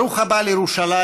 ברוך הבא לירושלים,